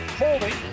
holding